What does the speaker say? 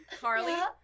Carly